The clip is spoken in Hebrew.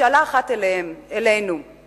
משאלה אחת להם דרכנו,